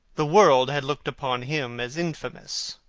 the world had looked upon him as infamous.